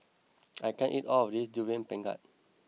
I can't eat all of this Durian Pengat